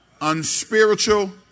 unspiritual